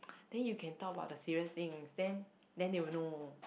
then you can talk about the serious thing then then they will know